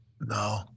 No